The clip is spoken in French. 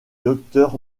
docteur